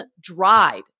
dried